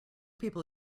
people